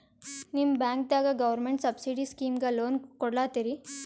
ನಿಮ ಬ್ಯಾಂಕದಾಗ government subsidy ಸ್ಕೀಮಿಗಿ ಲೊನ ಕೊಡ್ಲತ್ತೀರಿ?